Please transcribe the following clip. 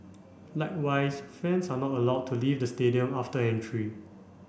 likewise fans are not allowed to leave the stadium after entry